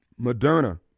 Moderna